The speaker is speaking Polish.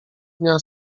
dnia